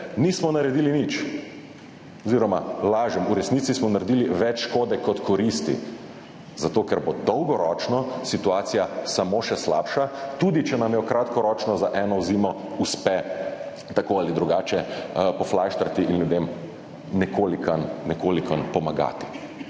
nismo naredili nič. Oziroma lažem, v resnici smo naredili več škode kot koristi, zato ker bo dolgoročno situacija samo še slabša, tudi če nam jo kratkoročno, za eno zimo, uspe tako ali drugače poflajštrati in ljudem nekolikanj pomagati.